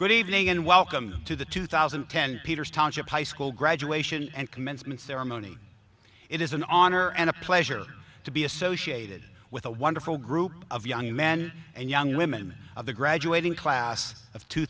good evening and welcome to the two thousand and ten peters township high school graduation and commencement ceremony it is an honor and a pleasure to be associated with a wonderful group of young men and young women of the graduating class of two